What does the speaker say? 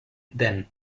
then